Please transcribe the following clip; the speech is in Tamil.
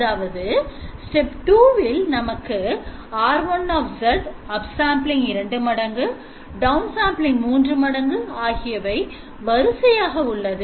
அதாவது step 2 இல் நமக்கு R1upsampling 2 மடங்குdownsampling ஆகியவை வரிசையாக உள்ளது